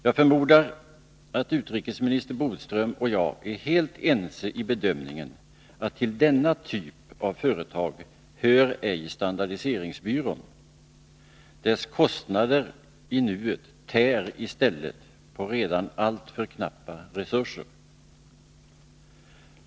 Jag förmodar att utrikesminister Bodström och jag är helt ense i bedömningen att till denna typav företag hör ej standardiseringsbyrån. Dess kostnader i nuet tär i stället på redan alltför knappa resurser.